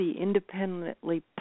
independently